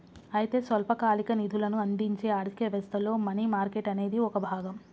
అయితే స్వల్పకాలిక నిధులను అందించే ఆర్థిక వ్యవస్థలో మనీ మార్కెట్ అనేది ఒక భాగం